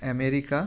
America